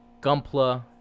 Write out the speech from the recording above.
Gumpla